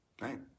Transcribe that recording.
right